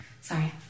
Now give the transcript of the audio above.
Sorry